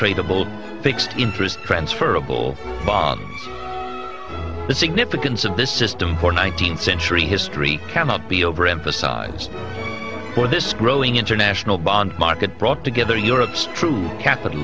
tradeable fixed interest transferable bond the significance of this system for nineteenth century history cannot be overemphasized for this growing international bond market brought together europe's true capital